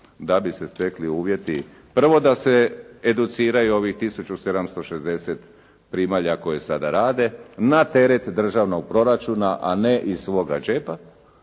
da bi se stekli uvjeti prvo da se educiraju ovih tisuću 760 primalja koje sada rade na teret državnog proračuna, a ne iz svog džepa,